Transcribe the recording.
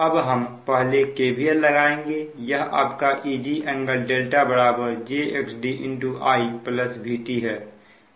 अब हम पहले KVL लगाएंगे यह आपका Eg∟δ jxd I Vt है